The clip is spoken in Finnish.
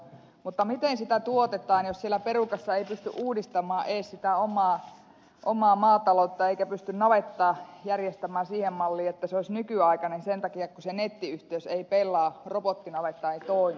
mutta miten sitä tuotetaan jos siellä perukassa ei pysty uudistamaan edes sitä omaa maatalouttaan eikä pysty navettaa järjestämään siihen malliin että se olisi nykyaikainen sen takia kun se nettiyhteys ei pelaa robottinavetta ei toimi